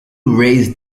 raised